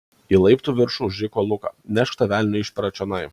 į laiptų viršų užriko luka nešk tą velnio išperą čionai